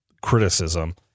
criticism